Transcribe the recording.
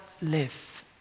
live